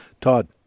Todd